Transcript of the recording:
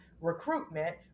recruitment